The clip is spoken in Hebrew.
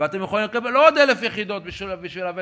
ואתם יכולים לקבל עוד 1,000 יחידות בשביל הווטו,